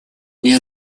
для